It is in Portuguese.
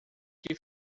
que